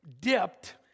dipped